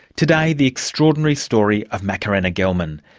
today, the extraordinary story of macarena gelman,